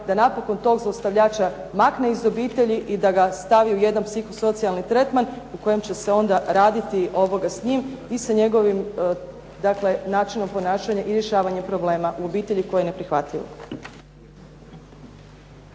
da napokon tog zlostavljača makne iz obitelji i da ga stavi u jedan psihosocijalni tretman u kojem će se onda raditi s njim i sa njegovim dakle načinom ponašanja i rješavanje problema u obitelji koje je neprihvatljivo.